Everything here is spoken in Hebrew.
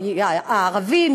הערבים,